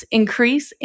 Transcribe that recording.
increase